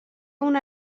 una